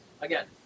again